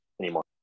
anymore